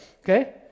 okay